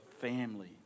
family